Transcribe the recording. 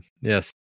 Yes